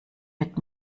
mit